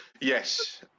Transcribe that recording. Yes